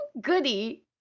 goody